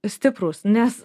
stiprūs nes